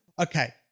Okay